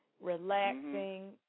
relaxing